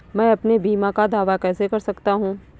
मैं अपने बीमा का दावा कैसे कर सकता हूँ?